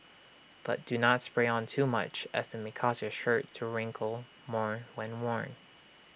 but do not spray on too much as IT may cause your shirt to wrinkle more when worn